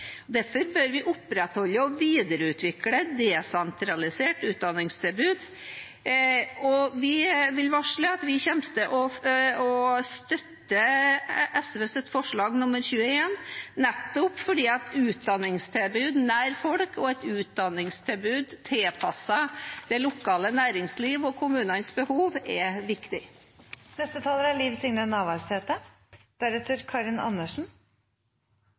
Derfor bør vi opprettholde og videreutvikle et desentralisert utdanningstilbud, og vi vil varsle at vi kommer til å støtte SVs forslag nr. 21, nettopp fordi et utdanningstilbud nær folk og et utdanningstilbud tilpasset det lokale næringsliv og kommunenes behov er